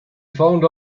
found